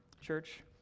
church